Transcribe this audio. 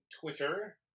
Twitter